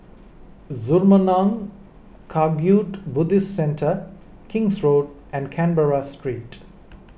Zurmang Kagyud Buddhist Centre King's Road and Canberra Street